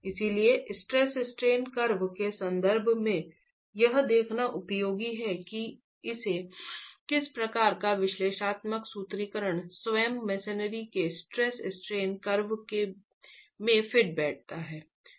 इसलिए stress strain वक्र के संदर्भ में यह देखना उपयोगी है कि किस प्रकार का विश्लेषणात्मक सूत्रीकरण स्वयं मसनरी के स्ट्रेस स्ट्रेन कर्व में फिट बैठता है